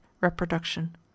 Reproduction